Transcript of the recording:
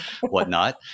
whatnot